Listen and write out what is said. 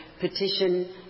petition